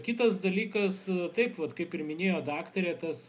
kitas dalykas taip vat kaip ir minėjo daktarė tas